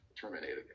terminated